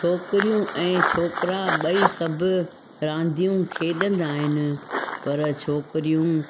छोकिरियूं ऐं छोकिरा ॿई सभु रांदियूं खेॾंदा आहिनि पर छोकिरियूं